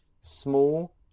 small